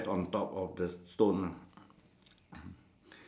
the the bird the bird stand is on top of the stone ah